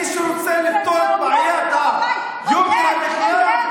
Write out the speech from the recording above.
מי שרוצה לפתור את בעיית יוקר המחיה,